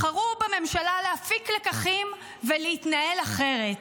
בחרו בממשלה להפיק לקחים ולהתנהל אחרת.